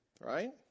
Right